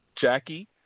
Jackie